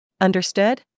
Understood